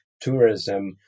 tourism